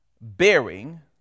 bearing